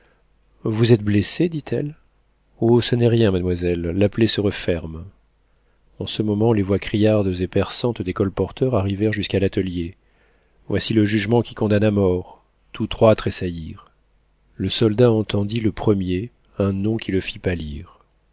vous êtes blessé dit-elle oh ce n'est rien mademoiselle la plaie se referme en ce moment les voix criardes et perçantes des colporteurs arrivèrent jusqu'à l'atelier voici le jugement qui condamne à mort tous trois tressaillirent le soldat entendit le premier un nom qui le fit pâlir